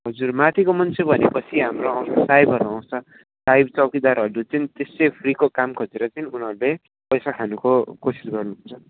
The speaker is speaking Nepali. हजुर माथिको मान्छे भने पछि हाम्रो आउँछ साहेबहरू आउँछ साहेब चौकिदारहरू चाहिँ त्यसै फ्रिको काम खोजेर चाहिँ उनीहरूले पैसा खानुको कोसिस गर्नु हुन्छ